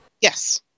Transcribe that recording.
Yes